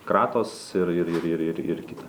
kratos ir ir ir ir ir kita